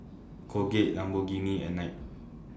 Colgate Lamborghini and Knight